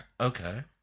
Okay